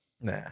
Nah